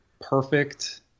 perfect